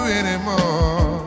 anymore